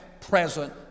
present